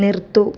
നിർത്തൂ